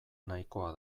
nahikoa